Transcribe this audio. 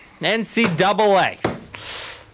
NCAA